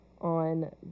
on